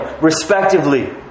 respectively